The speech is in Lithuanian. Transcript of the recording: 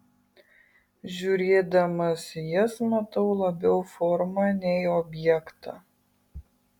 žiūrėdamas į jas matau labiau formą nei objektą